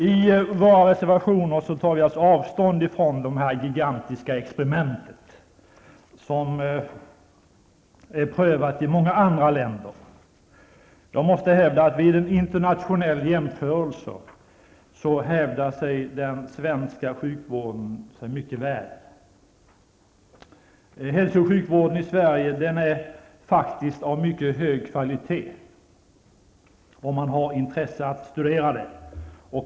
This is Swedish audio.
I våra reservationer tar vi avstånd från dessa gigantiska experiment, som är prövade i många andra länder. Vid en internationell jämförelse hävdar sig den svenska sjukvården mycket väl. Hälso och sjukvården i Sverige är faktiskt av mycket hög kvalitet, om man har ett intresse av att studera det.